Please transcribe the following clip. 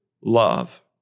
love